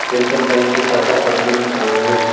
Central bank की शाखा पटना में कहाँ है?